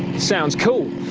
sounds cool,